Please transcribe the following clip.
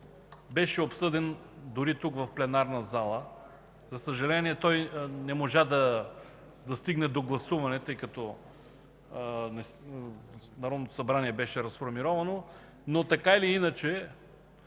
беше обсъден дори в пленарната зала. За съжаление, той не можа да стигне до гласуване, тъй като Народното събрание беше разформировано. Така или иначе